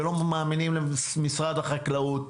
לא מאמינים למשרד החקלאות,